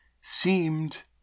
seemed